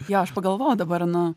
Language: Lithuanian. jo aš pagalvojau dabar nu